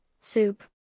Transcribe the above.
soup